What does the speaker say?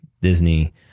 Disney